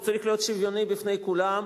הוא צריך להיות שוויוני בפני כולם,